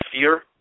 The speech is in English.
fear